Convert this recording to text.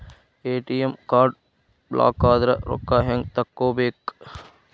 ATM card ಬ್ಲಾಕದ್ರ ರೊಕ್ಕಾ ಹೆಂಗ್ ತಕ್ಕೊಬೇಕು?